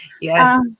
Yes